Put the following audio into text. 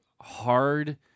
hard